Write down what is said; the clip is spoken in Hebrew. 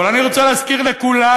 אבל אני רוצה להזכיר לכולנו